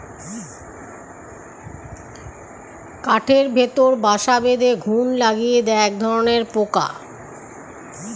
কাঠের ভেতরে বাসা বেঁধে ঘুন লাগিয়ে দেয় একধরনের পোকা